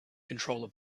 controller